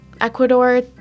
Ecuador